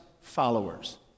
followers